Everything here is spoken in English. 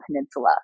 peninsula